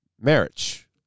marriage